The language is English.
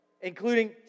including